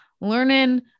learning